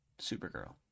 Supergirl